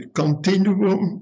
continuum